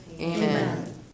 Amen